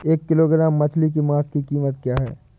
एक किलोग्राम मछली के मांस की कीमत क्या है?